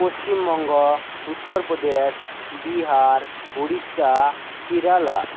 Paschimbanga Uttar Pradesh Bihar Orissa Kerala